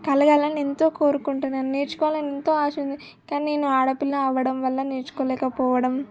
కలగాలని ఎంతో కోరుకుంటున్నాను నేర్చుకోవాలని ఎంతో ఆశ ఉంది కానీ నేను ఆడపిల్ల అవడం వల్ల నేర్చుకోలేకపోవడం